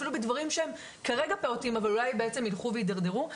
אפילו בדברים שהם כרגע פעוטים אבל אולי ילכו וידרדרו.